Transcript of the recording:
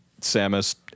Samus